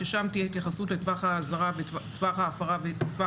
ששם תהיה התייחסות לטווח ההפרה וטווח